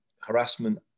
harassment